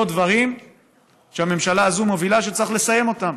דברים שהממשלה הזאת מובילה וצריך לסיים אותם.